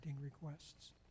requests